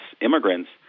immigrants